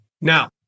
Now